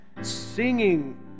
singing